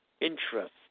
interest